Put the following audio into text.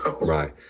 Right